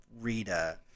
Rita